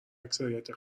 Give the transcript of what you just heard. اکثریت